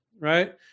right